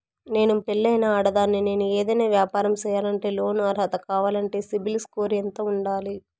నేను పెళ్ళైన ఆడదాన్ని, నేను ఏదైనా వ్యాపారం సేయాలంటే లోను అర్హత కావాలంటే సిబిల్ స్కోరు ఎంత ఉండాలి?